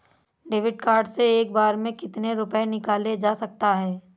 David card से एक बार में कितनी रूपए निकाले जा सकता है?